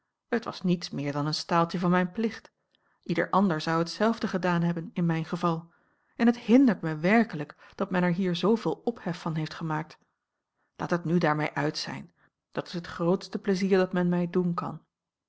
het was niets meer dan een staaltje van mijn plicht ieder ander zou hetzelfde gedaan hebben in mijn geval en het hindert mij werkelijk dat men er hier zooveel ophef van heeft gemaakt laat het nu daarmee uit zijn dat is het grootste pleizier dat men mij doen kan